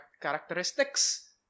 characteristics